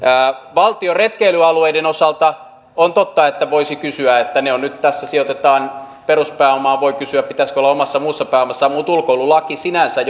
valtion retkeilyalueiden osalta on totta että voisi kysyä että ne ovat nyt tässä sijoitetaan peruspääomaa voi kysyä pitäisikö olla muussa omassa pääomassa mutta ulkoilulaki sinänsä